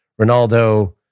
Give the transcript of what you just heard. Ronaldo